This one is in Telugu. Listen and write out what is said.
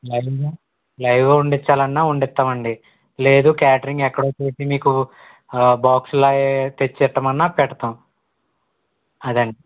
లైవ్గా లైవ్గా వండించాలన్నా వండిస్తామండి లేదు క్యాటరింగ్ ఎక్కడో చేసి మీకు బాక్స్లా తెచ్చి పెట్టమన్నా పెడతాం అదండి